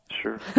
Sure